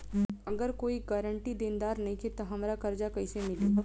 अगर कोई गारंटी देनदार नईखे त हमरा कर्जा कैसे मिली?